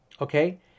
Okay